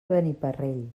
beniparrell